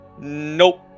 Nope